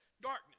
darkness